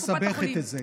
לא, לא, את מסבכת את זה.